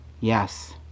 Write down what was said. Yes